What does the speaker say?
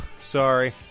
Sorry